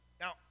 Now